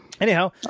Anyhow